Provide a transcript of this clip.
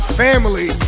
family